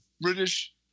british